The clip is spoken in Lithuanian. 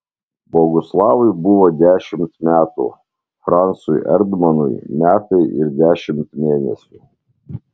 boguslavui buvo dešimt metų francui erdmanui metai ir dešimt mėnesių